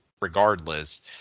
regardless